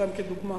סתם כדוגמה.